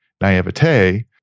naivete